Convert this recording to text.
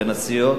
בין הסיעות,